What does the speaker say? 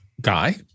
Guy